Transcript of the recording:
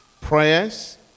prayers